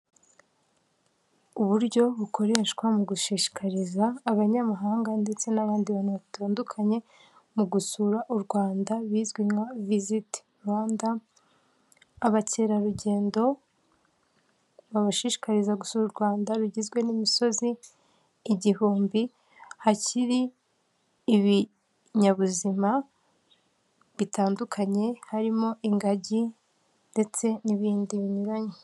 Uburyo bukoreshwa mu gushishikariza abanyamahanga ndetse n'abandi bantu batandukanye mu gusura u Rwanda bizwi nka visiti Rwanda, abakerarugendo babashishikariza gusura u Rwanda rugizwe n'imisozi igihumbi, hakiri ibinyabuzima bitandukanye harimo ingagi ndetse n'ibindi binyuranye.